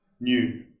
new